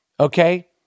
Okay